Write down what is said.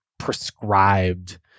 prescribed